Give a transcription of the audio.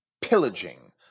pillaging